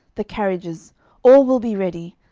the carriages all will be ready.